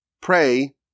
pray